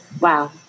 wow